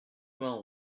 vingt